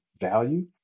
value